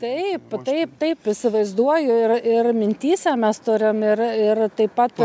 taip taip taip įsivaizduoju ir ir mintyse mes turim ir ir taip pat